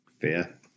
Fair